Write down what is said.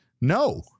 No